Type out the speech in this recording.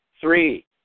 Three